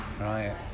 Right